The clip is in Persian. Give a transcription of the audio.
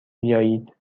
بیایید